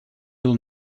will